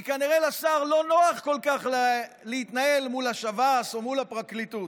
כי כנראה לשר לא נוח כל כך להתנהל מול השב"ס או מול הפרקליטות.